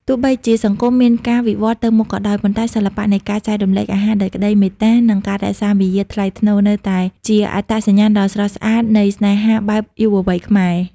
ទោះបីជាសង្គមមានការវិវឌ្ឍទៅមុខក៏ដោយ ប៉ុន្តែសិល្បៈនៃការចែករំលែកអាហារដោយក្តីមេត្តា និងការរក្សាមារយាទថ្លៃថ្នូរ នៅតែជាអត្តសញ្ញាណដ៏ស្រស់ស្អាតនៃស្នេហាបែបយុវវ័យខ្មែរ។